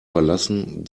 verlassen